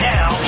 Now